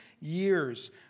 years